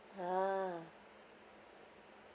ha